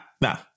no